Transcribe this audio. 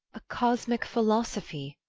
a cosmic philosophy,